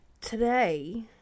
Today